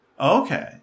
Okay